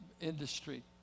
industry